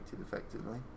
effectively